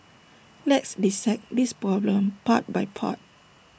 let's dissect this problem part by part